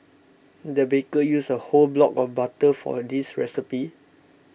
the baker used a whole block of butter for this recipe